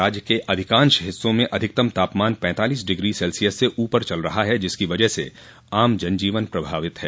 राज्य के अधिकांश हिस्सों में अधिकतम तापमान पैतालीस डिग्री सेल्सियस से ऊपर चल रहा है जिसकी वजह से आम जनजीवन प्रभावित है